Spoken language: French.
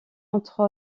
entre